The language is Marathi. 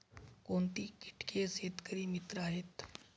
कोणती किटके शेतकरी मित्र आहेत?